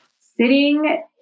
sitting